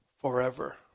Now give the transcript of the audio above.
forever